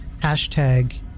hashtag